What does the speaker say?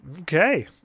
okay